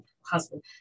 husband